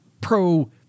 pro